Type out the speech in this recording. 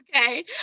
okay